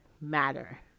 matter